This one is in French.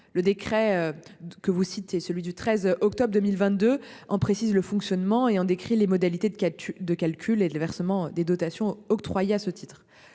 le décret. Que vous citez, celui du 13 octobre, 2022 ans, précise le fonctionnement et un décrit les modalités de calcul de calcul et le versement des dotations octroyées à ce titre